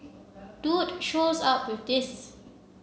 dude shows up with this